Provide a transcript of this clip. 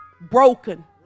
Broken